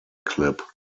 clip